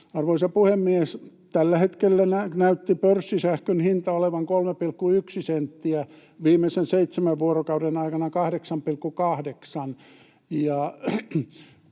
Arvoisa puhemies! Tällä hetkellä näytti pörssisähkön hinta olevan 3,1 senttiä, viimeisen seitsemän vuorokauden aikana 8,8